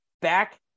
back